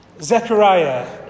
Zechariah